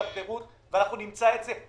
אנחנו לא צריכים שיקרו אסונות כאלה.